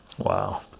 Wow